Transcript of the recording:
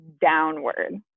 downward